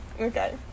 Okay